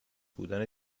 بودن